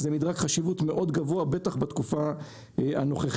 זה מדרג חשיבות מאוד גבוה, בטח בתקופה הנוכחית.